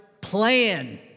plan